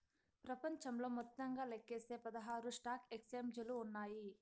ప్రపంచంలో మొత్తంగా లెక్కిస్తే పదహారు స్టాక్ ఎక్స్చేంజిలు ఉన్నాయి